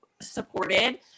supported